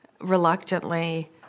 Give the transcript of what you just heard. reluctantly